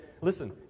listen